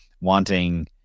wanting